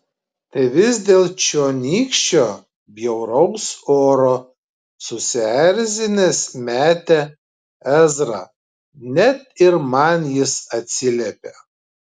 tai vis dėl čionykščio bjauraus oro susierzinęs metė ezra net ir man jis atsiliepia